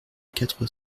quatre